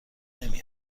نمی